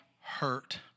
hurt